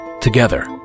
Together